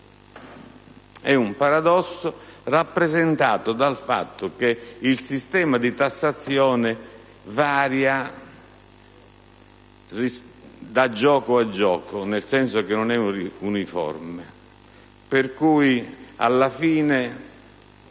È un paradosso spiegato dal fatto che il sistema di tassazione varia da gioco al gioco, nel senso che non è uniforme,